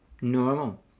normal